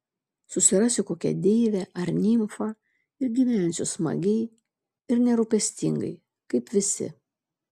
susirasiu kokią deivę ar nimfą ir gyvensiu smagiai ir nerūpestingai kaip visi